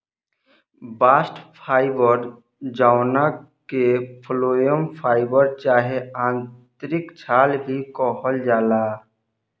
bast fibre जवना के phloem fibre चाहे आंतरिक छाल भी कहल जाला